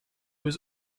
was